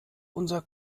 unser